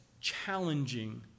challenging